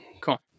Cool